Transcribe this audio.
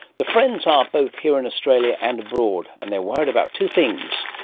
the friends are both here in australia and abroad and they're worried about two things.